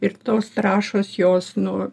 ir tos trąšos jos nu